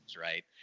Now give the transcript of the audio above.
Right